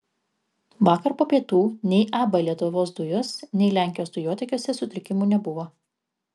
vakar po pietų nei ab lietuvos dujos nei lenkijos dujotiekiuose sutrikimų nebuvo